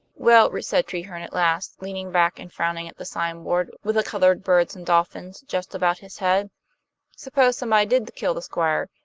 well, said treherne at last, leaning back and frowning at the signboard, with the colored birds and dolphins, just about his head suppose somebody did kill the squire.